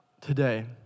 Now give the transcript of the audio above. today